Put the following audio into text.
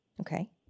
Okay